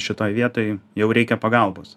šitoj vietoj jau reikia pagalbos